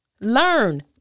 Learn